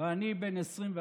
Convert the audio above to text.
ואני בן 24,